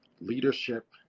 leadership